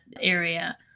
area